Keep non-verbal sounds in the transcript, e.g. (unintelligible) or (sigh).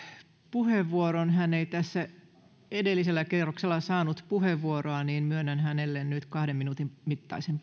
puheenvuoron hän ei edellisellä kierroksella saanut puheenvuoroa joten myönnän hänelle nyt kahden minuutin mittaisen (unintelligible)